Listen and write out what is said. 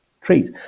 treat